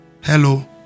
Hello